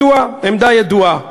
עמדה ידועה.